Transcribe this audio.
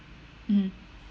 mm